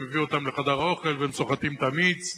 והוא מביא אותם לחדר האוכל ושם סוחטים את המיץ.